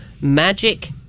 magic